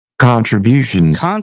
contributions